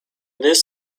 this